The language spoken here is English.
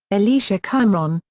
elisha qimron,